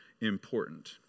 important